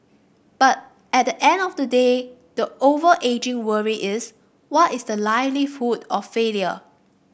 but at the end of the day the overarching worry is what is the likelihood of failure